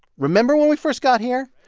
remember when we first got here?